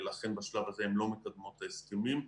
ולכן בשלב הזה הן לא מקדמות את ההסכמים.